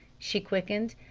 she quickened.